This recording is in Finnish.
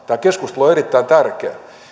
tämä keskustelu on erittäin tärkeä